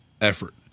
effort